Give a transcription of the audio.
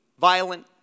violent